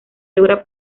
logran